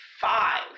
five